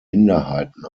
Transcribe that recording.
minderheiten